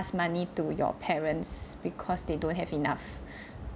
pass money to your parents because they don't have enough